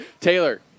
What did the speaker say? Taylor